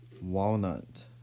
walnut